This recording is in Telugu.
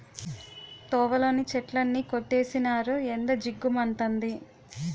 తోవలోని చెట్లన్నీ కొట్టీసినారు ఎండ జిగ్గు మంతంది